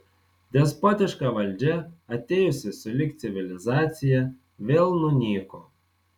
despotiška valdžia atėjusi sulig civilizacija vėl nunyko